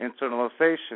internalization